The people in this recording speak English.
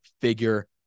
figure